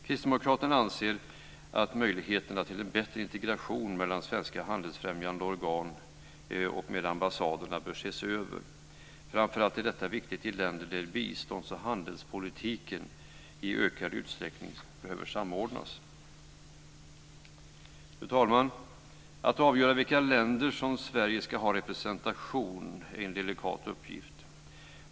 Kristdemokraterna anser att möjligheterna till en bättre integration mellan svenska handelsfrämjande organ och ambassaderna bör ses över. Framför allt är detta viktigt i länder där bistånds och handelspolitiken i ökad utsträckning bör samordnas. Fru talman! Att avgöra i vilka länder som Sverige ska ha representation är en delikat uppgift.